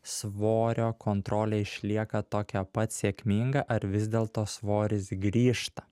svorio kontrolė išlieka tokia pat sėkminga ar vis dėlto svoris grįžta